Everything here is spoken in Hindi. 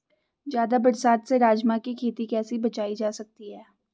ज़्यादा बरसात से राजमा की खेती कैसी बचायी जा सकती है?